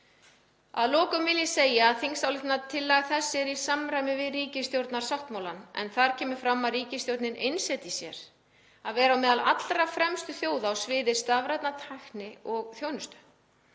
Að lokum vil ég segja að þingsályktunartillaga þessi er í samræmi við ríkisstjórnarsáttmálann en þar kemur fram að ríkisstjórnin einsetji sér að vera á meðal allra fremstu þjóða á sviði stafrænnar tækni og þjónustu.